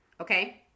Okay